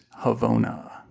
Havona